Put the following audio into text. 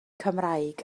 cymraeg